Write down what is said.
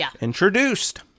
introduced